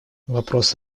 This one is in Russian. вопрос